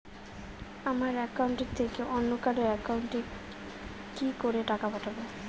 আমার একাউন্ট থেকে অন্য কারো একাউন্ট এ কি করে টাকা পাঠাবো?